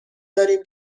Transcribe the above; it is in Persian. داریم